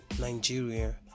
Nigeria